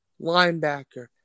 linebacker